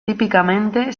típicamente